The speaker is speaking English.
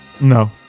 No